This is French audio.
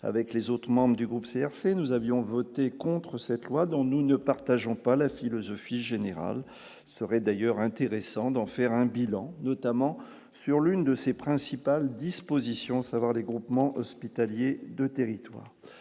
avec les autres membres du groupe CRC, nous avions voté contre cette loi dont nous ne partageons pas la philosophie générale serait d'ailleurs intéressant d'en faire un bilan, notamment sur l'une de ses principales dispositions, savoir des groupements hospitaliers de territoire